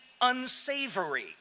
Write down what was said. unsavory